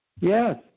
Yes